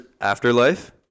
Afterlife